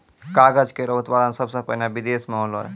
कागज केरो उत्पादन सबसें पहिने बिदेस म होलै